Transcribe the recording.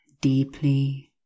deeply